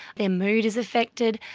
their mood is affected,